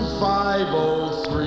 503